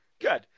good